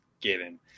given